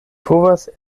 povas